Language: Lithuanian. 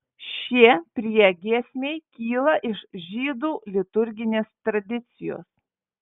šie priegiesmiai kyla iš žydų liturginės tradicijos